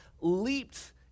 leaped